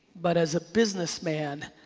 but as a business man,